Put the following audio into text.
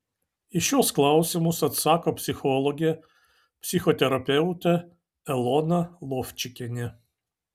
į šiuos klausimus atsako psichologė psichoterapeutė elona lovčikienė